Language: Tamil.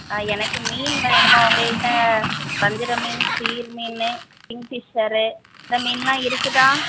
ஆ எனக்கு மீன் வேணுமே உங்கள்கிட்ட வஞ்சிர மீன் சீல் மீனு கிங்ஃபிஷ்ஷரு இந்த மீனெலாம் இருக்குதா